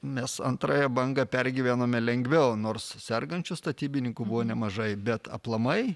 mes antrąją bangą pergyvenome lengviau nors sergančių statybininkų buvo nemažai bet aplamai